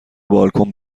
بالکن